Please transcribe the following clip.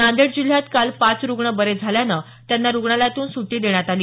नांदेड जिल्ह्यात काल पाच रूग्ण बरे झाल्यानं त्यांना रुग्णालयातून सुटी देण्यात आली